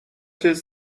چیز